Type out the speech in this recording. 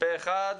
פה אחד.